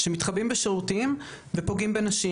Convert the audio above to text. שמתחבאים בשירותים ופוגעים בנשים,